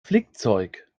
flickzeug